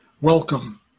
welcome